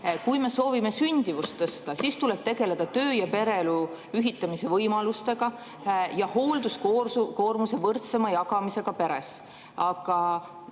Kui me soovime sündimust tõsta, siis tuleb tegeleda töö- ja pereelu ühitamise võimalustega ja hoolduskoormuse võrdsema jagamisega